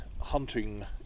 hunting